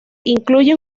incluye